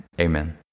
Amen